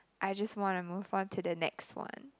I just want to move on to the next one